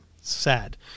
Sad